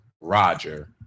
Roger